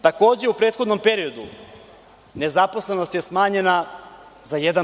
Takođe, u prethodnom periodu nezaposlenost je smanjena za 1%